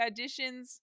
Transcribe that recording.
auditions